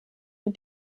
die